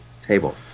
table